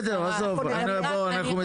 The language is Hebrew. בסדר, עזוב, בוא אנחנו מסיימים.